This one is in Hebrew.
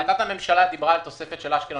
החלטת הממשלה דיברה על תוספת של אשקלון